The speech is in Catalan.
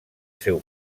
seu